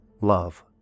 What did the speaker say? Love